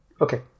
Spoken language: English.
Okay